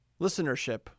listenership